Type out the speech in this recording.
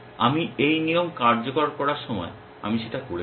আমি এই নিয়ম কার্যকর করার সময় আমি সেটা করেছি